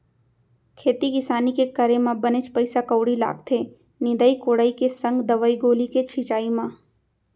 खेती किसानी के करे म बनेच पइसा कउड़ी लागथे निंदई कोड़ई के संग दवई गोली के छिंचाई म